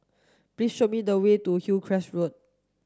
please show me the way to Hillcrest Road